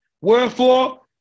Wherefore